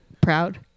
Proud